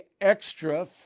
extra